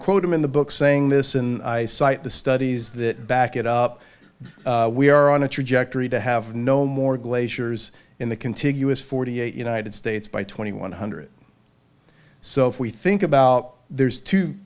quote him in the book saying this and i cite the studies that back it up we are on a trajectory to have no more glaciers in the contiguous forty eight united states by twenty one hundred so if we think about there's two